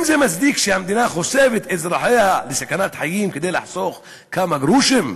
האם זה מצדיק שהמדינה חושפת את אזרחיה לסכנת חיים כדי לחסוך כמה גרושים?